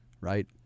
right